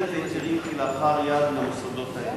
כלאחר יד למוסדות האלה.